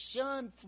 shun